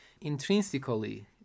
intrinsically